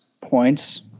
Points